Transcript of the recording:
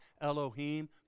Elohim